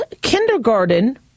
Kindergarten